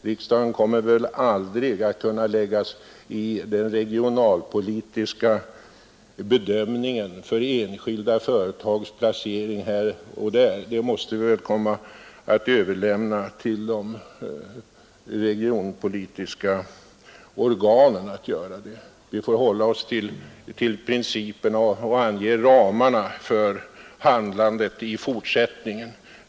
Riksdagen kommer väl aldrig att kunna lägga sig i den regionalpolitiska bedömningen för enskilda företags placering här eller där, utan sådant måste överlämnas till de regionalpolitiska organen. Vi får hålla oss till principerna och ange ramarna för handlandet i fortsättningen.